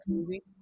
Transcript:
easy